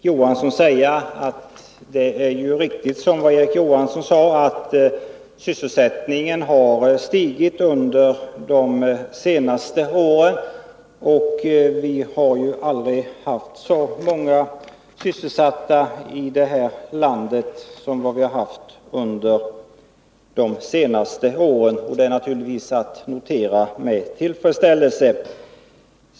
Herr talman! Låt mig till Elver Jonsson och Erik Johansson säga att det är riktigt, som Erik Johansson framhöll, att sysselsättningen har stigit under de senaste åren. Vi har aldrig haft så många sysselsatta i vårt land som under de senaste åren. Det är naturligtvis att notera med tillfredsställelse.